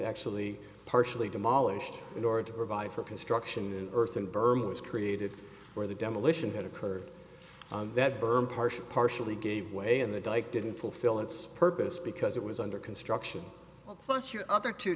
actually partially demolished in order to provide for construction in earthen berms created where the demolition had occurred that berm partially partially gave way and the dike didn't fulfill its purpose because it was under construction plus your other two